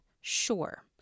Sure